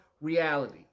reality